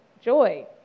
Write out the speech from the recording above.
joy